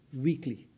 weekly